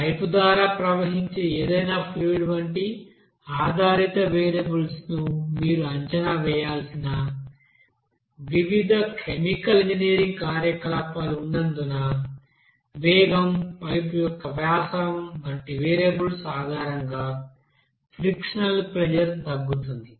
pipe ద్వారా ప్రవహించే ఏదైనా ఫ్లూయిడ్ వంటి ఆధారిత వేరియబుల్స్ను మీరు అంచనా వేయాల్సిన వివిధ కెమికల్ ఇంజనీరింగ్ కార్యకలాపాలు ఉన్నందున వేగం పైపు యొక్క వ్యాసం వంటి వేరియబుల్స్ ఆధారంగా ఫ్రిక్షనల్ ప్రెజర్ తగ్గుతుంది